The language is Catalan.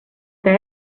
que